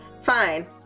Fine